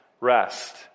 rest